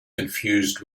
confused